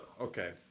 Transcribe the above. okay